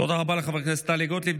תודה רבה לחברת הכנסת טלי גוטליב.